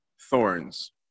thorns